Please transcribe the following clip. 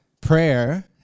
Prayer